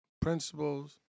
principles